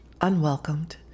unwelcomed